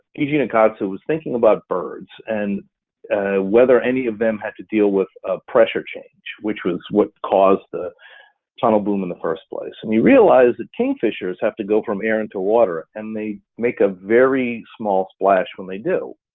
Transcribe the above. eiji nakatsu, was thinking about birds and whether any of them had to deal with pressure change, which was what caused the tunnel boom in the first place. and you realize that kingfishers have to go from air into water and they make a very small splash when they do.